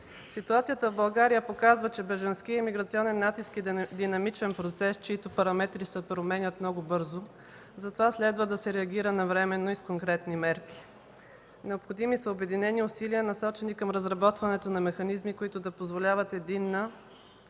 Ситуацията в България показва, че бежанският имиграционен натиск е динамичен процес, чиито параметри се променят много бързо. Затова следва да се реагира навременно и с конкретни мерки. Необходими са обединени усилия, насочени към разработването на механизми, които да позволяват единна